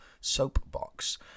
soapbox